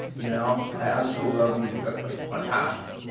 you know, i absolutely love music. that's like my passion.